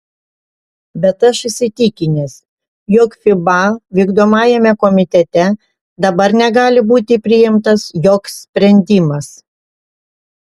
bet aš įsitikinęs jog fiba vykdomajame komitete dabar negali būti priimtas joks sprendimas